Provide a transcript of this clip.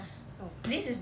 oh